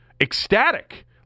ecstatic